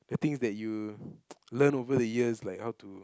the things that you learned over the years like how to